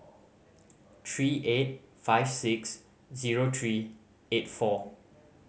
three eight five six zero three eight four